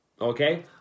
Okay